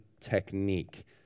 technique